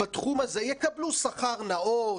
בתחום הזה יקבלו שכר נאות,